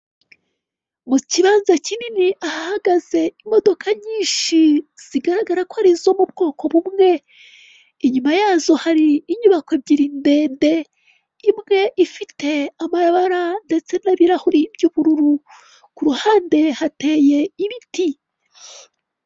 Mu kibanza kinini hahagaze imodoka nyinshi zigaragara ko arizo mu bwoko bumwe, inyuma yazo hari inyubako ebyiri ndende, imwe ifite amabara ndetse n'birahuri by'ubururu, ku ruhande hateye ibiti.